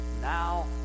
Now